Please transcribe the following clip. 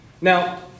Now